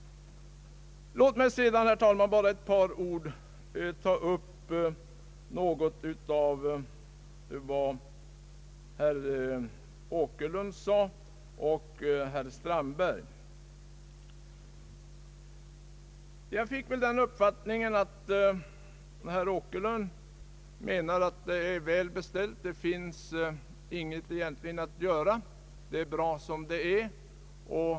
Låt mig sedan, herr talman, med ett par ord ta upp vad herr Åkerlund och herr Strandberg sade. Jag fick den uppfattningen att herr Åkerlund menar att allt är väl beställt. Det finns, anser han, egentligen ingenting att göra, utan allt är bra som det är.